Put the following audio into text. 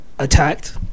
Attacked